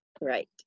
Right